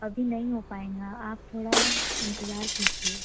अभी नहीं हो पाएगा आप थोड़ा इंतज़ार कीजिए